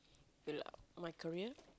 build up my career